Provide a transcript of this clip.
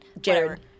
Jared